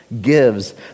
gives